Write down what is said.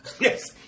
Yes